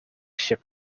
ship